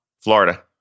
Florida